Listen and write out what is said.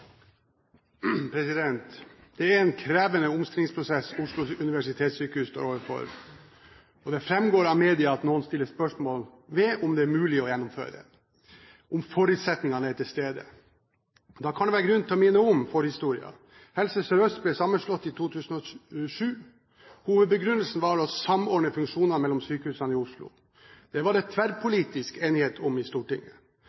en krevende omstillingsprosess Oslo universitetssykehus står overfor, og det framgår av media at noen stiller spørsmål ved om det er mulig å gjennomføre den – om forutsetningene er til stede. Da kan det være grunn til å minne om forhistorien. Helse Sør og Helse Øst ble sammenslått i 2007. Hovedbegrunnelsen var å samordne funksjonene mellom sykehusene i Oslo. Dette var